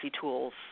Tools